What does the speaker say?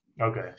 Okay